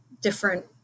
different